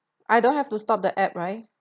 I don't have to stop the app right